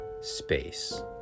Space